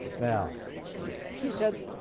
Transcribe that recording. well he said,